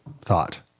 thought